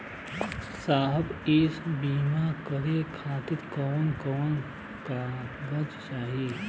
साहब इ बीमा करें खातिर कवन कवन कागज चाही?